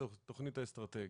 יש את התכנית האסטרטגית.